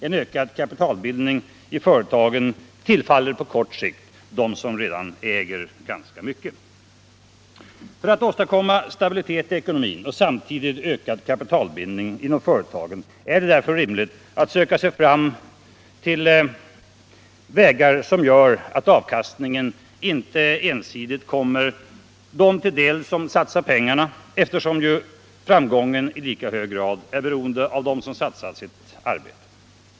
En ökad kapitalbildning i företagen tillfaller på kort sikt dem som redan äger ganska mycket. För att åstadkomma stabilitet i ekonomin och samtidigt ökad kapi talbildning inom företagen är det därför rimligt att söka sig fram till vägar som gör att avkastningen inte ensidigt kommer dem till del som satsar pengarna, eftersom ju framgången i lika hög grad är beroende av dem som satsat sitt arbete.